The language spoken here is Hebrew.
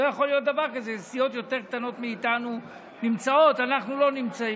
לא יכול להיות שסיעות יותר קטנות מאיתנו נמצאות ואנחנו לא נמצאים.